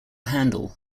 handle